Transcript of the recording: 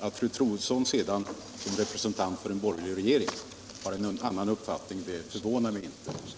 Att fru Troedsson sedan som representant för en borgerlig regering har en annan uppfattning förvånar mig inte.